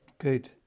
Good